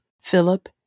Philip